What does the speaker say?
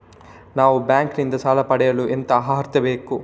ನಾವು ಬ್ಯಾಂಕ್ ನಿಂದ ಸಾಲ ಪಡೆಯಲು ಎಂತ ಅರ್ಹತೆ ಬೇಕು?